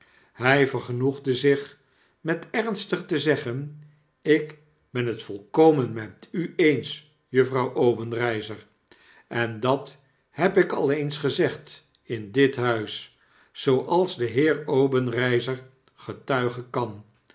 hy vergenoegde zich met ernstig te zeggen ik ben het volkomen met u eens juffrouw obenreizer en dat heb ik al eens gezegd in dit huis zooals de heer obenreizer getuigen kan